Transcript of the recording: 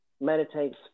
meditates